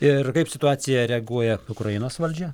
ir kaip į situaciją reaguoja ukrainos valdžia